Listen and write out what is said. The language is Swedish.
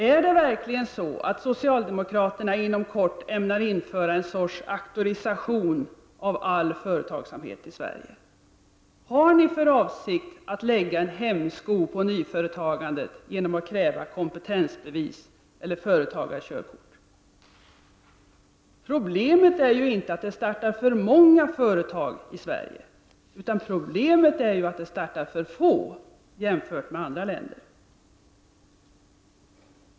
Är det verkligen så att socialdemokraterna inom kort ämnar införa en sorts auktorisation av all företagsamhet i Sverige? Har ni för avsikt att lägga en hämsko på nyföretagandet genom att kräva kompetensbevis eller företagarkörkort? Problemet är inte att det startar för många företag i Sverige, utan problemet är att det startar alldeles för få företag jämfört med förhållandena i andra länder.